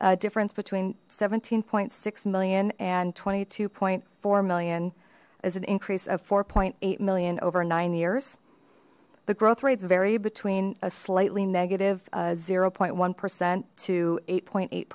difference between seventeen point six million and twenty two point four million is an increase of four point eight million over nine years the growth rates vary between a slightly negative zero point one percent to eight point eight